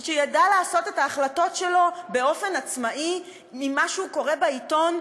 שהוא ידע לעשות את ההחלטות שלו באופן עצמאי ממה שהוא קורא בעיתון,